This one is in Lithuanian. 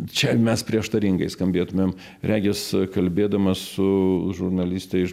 čia mes prieštaringai skambėtumėm regis kalbėdamas su žurnaliste iš